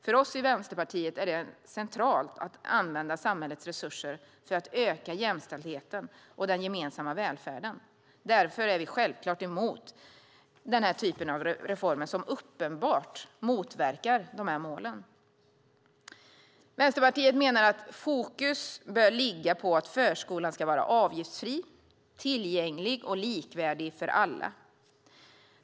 För oss i Vänsterpartiet är det centralt att använda samhällets resurser för att öka jämställdheten och den gemensamma välfärden. Därför är vi självklart emot denna typ av reformer, som så uppenbart motverkar de här målen. Vänsterpartiet menar att fokus bör ligga på att förskolan ska vara avgiftsfri, tillgänglig och likvärdig för alla.